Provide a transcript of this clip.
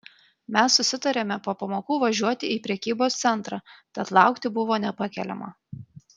mes susitarėme po pamokų važiuoti į prekybos centrą tad laukti buvo nepakeliama